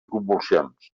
convulsions